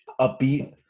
upbeat